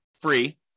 Free